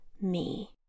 me